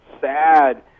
sad